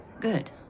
good